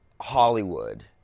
Hollywood